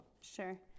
Sure